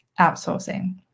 outsourcing